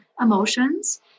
emotions